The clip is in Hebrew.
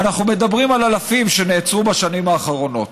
ואנחנו מדברים על אלפים שנעצרו בשנים האחרונות.